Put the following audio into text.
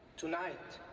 tonight,